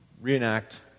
reenact